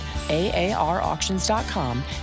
AARauctions.com